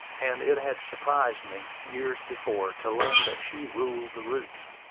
and it had surprised me, years before, to learn that she ruled the roost.